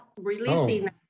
releasing